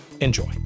enjoy